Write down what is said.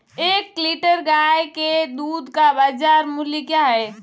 एक लीटर गाय के दूध का बाज़ार मूल्य क्या है?